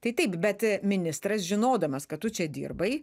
tai taip bet ministras žinodamas kad tu čia dirbai